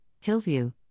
Hillview